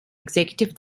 executive